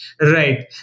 right